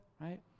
right